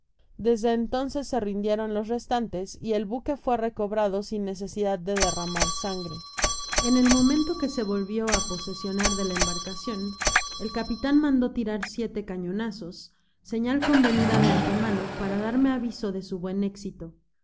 desde entonces se rindieron los restantes y el buque fué recobrado sin necesidad de derramar sangre en el momento que se volvio á posesionar de la embarcacion el capitan mandó tirar siete cañonazos señal convenida de antemano para darme aviso de su buen éxito